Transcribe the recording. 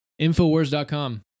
Infowars.com